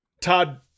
Todd